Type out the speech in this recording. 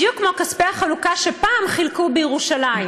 בדיוק כמו כספי החלוקה שפעם חילקו בירושלים,